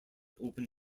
open